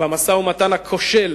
במשא-ומתן הכושל